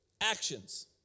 Actions